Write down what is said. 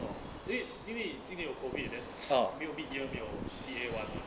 oh 因为因为今年有 COVID meh then 没有 mid year 没有 C_A [one] mah